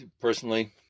personally